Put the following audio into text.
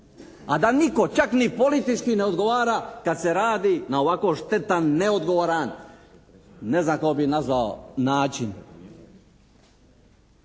a da nitko čak ni politički ne odgovara kad se radi na ovako štetan neodgovoran ne znam kako bih nazvao način.